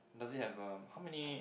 does it have um how many